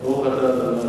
אדוני סגן שר האוצר,